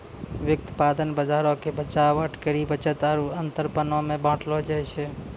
व्युत्पादन बजारो के बचाव, अटकरी, बचत आरु अंतरपनो मे बांटलो जाय छै